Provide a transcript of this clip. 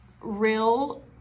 real